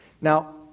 Now